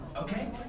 okay